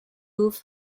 louvre